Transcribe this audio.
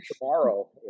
Tomorrow